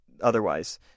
otherwise